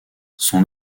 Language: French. son